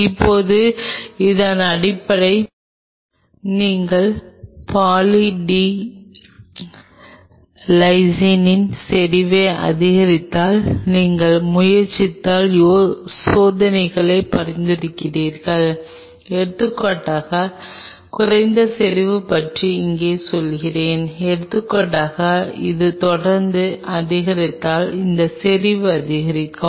இப்போது இதன் அடிப்படையில் நீங்கள் சப்ஸ்ர்டேட் பாலி டி லைசினின் செறிவை அதிகரித்தால் நீங்கள் முயற்சித்தால் சோதனைகளை பரிந்துரைக்கிறேன் எடுத்துக்காட்டாக குறைந்த செறிவு பற்றி இங்கே சொல்கிறேன் எடுத்துக்காட்டாக இது தொடர்ந்து அதிகரித்தால் இந்த செறிவு அதிகரிக்கும்